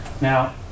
Now